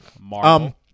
Marvel